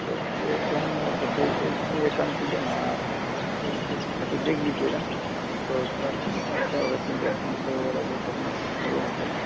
تو اس سے کم ہوگا تو پھر ایک کام لیجیے نا آپ خود آ کے دیکھ لیجیے گا تو اس کا اچھا اچھا ہوگا کیونکہ فون پہ وغیرہ کے سب میں تھوڑا یہ ہوتا ہے